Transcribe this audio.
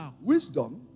wisdom